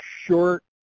short